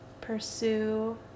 pursue